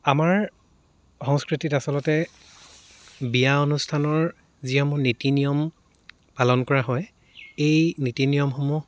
আমাৰ সংস্কৃতিত আচলতে বিয়া অনুষ্ঠানৰ যিসমূহ নীতি নিয়ম পালন কৰা হয় এই নীতি নিয়মসমূহ